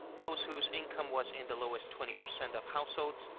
those whose income was in the lowest twenty percent of households.